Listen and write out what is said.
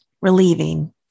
relieving